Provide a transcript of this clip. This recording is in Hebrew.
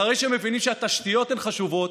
אחרי שמבינים שהתשתיות הן חשובות,